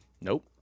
Nope